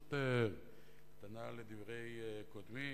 התייחסות קטנה לדברי קודמי,